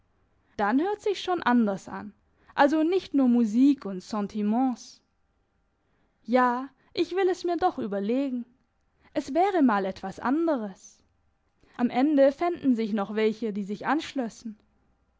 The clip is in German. dann hört sich's schon anders an also nicht nur musik und sentiments ja ich will es mir doch überlegen es wäre mal etwas anderes am ende fänden sich noch welche die sich anschlössen